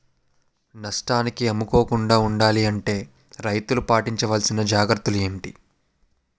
నష్టానికి అమ్ముకోకుండా ఉండాలి అంటే రైతులు పాటించవలిసిన జాగ్రత్తలు ఏంటి